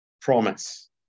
Promise